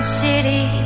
city